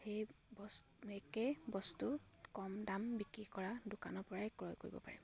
সেই বস একে বস্তু কম দাম বিক্ৰী কৰা দোকানৰ পৰাই ক্ৰয় কৰিব পাৰিম